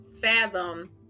fathom